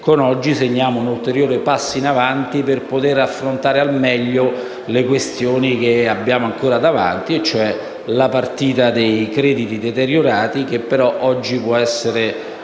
imprese. Segniamo un ulteriore passo in avanti per poter affrontare al meglio le questioni che abbiamo ancora davanti, e cioè la partita dei crediti deteriorati, che però oggi può essere